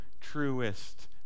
truest